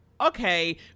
okay